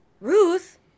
Ruth